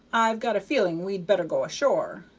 i've got a feelin' we'd better go ashore.